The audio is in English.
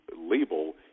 label